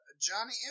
Johnny